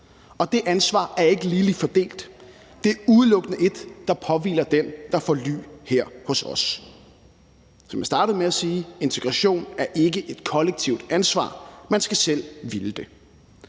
og det ansvar er ikke ligeligt fordelt. Det er udelukkende et, der påhviler den, der får ly her hos os. Som jeg startede med at sige, er integration ikke et kollektivt ansvar. Man skal selv ville det,